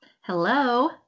hello